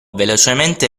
velocemente